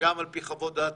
וגם על פי חוות דעת